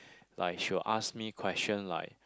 like she will ask me question like